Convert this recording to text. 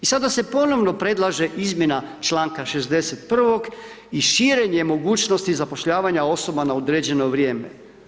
I sada se ponovno predlaže izmjena čl. 61. i širenje mogućnosti zapošljavanja osoba na određeno vrijeme.